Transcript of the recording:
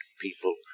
people